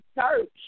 church